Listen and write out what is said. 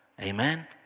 amen